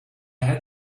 had